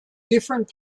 different